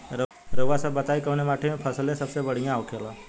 रउआ सभ बताई कवने माटी में फसले सबसे बढ़ियां होखेला?